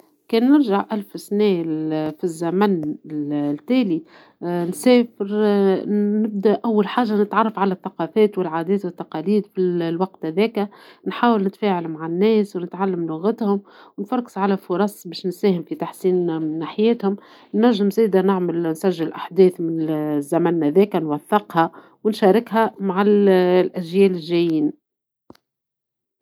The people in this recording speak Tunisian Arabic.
كي نرجع ألف عام للوراء، نحب نكتشف كيف كانت الحياة في ذيك الفترة. نلتقي بالناس ونتعلم عن عاداتهم وثقافاتهم. نحب نشاركهم في نشاطاتهم اليومية، ونشوف كيفاش يعيشوا بدون التكنولوجيا. نحب نكتب ملاحظات على كل شيء ونرجع مع معلومات جديدة، ربما نساعدهم في بعض الأمور.